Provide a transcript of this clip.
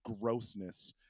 grossness